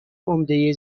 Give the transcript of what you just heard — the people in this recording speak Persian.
عمده